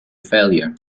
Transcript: failure